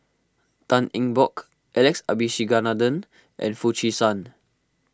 Tan Eng Bock Alex Abisheganaden and Foo Chee San